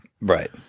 Right